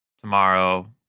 tomorrow